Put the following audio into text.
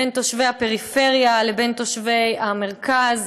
בין תושבי הפריפריה לבין תושבי המרכז.